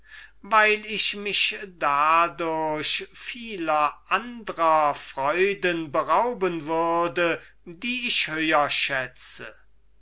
weil ich mich dadurch vieler andern vergnügen berauben würde die ich höher schätze